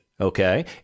Okay